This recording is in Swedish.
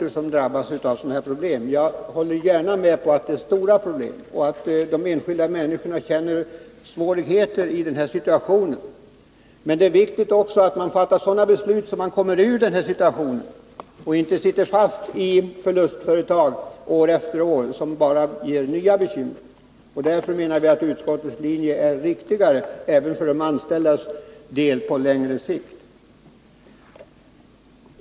Många orter drabbas av liknande problem. Jag håller gärna med om att det är stora problem och att de enskilda människorna får svårigheter i den situation som uppstår. Men det är viktigt att man fattar sådana beslut som gör att man kommer ur den situationen och inte år efter år sitter fast i förlustföretag, som bara ger nya bekymmer. Därför menar vi att utskottets linje är riktigare även för de anställdas del, även sett på längre sikt.